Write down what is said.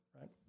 right